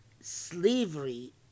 slavery